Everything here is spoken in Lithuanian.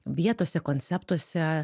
vietose konceptuose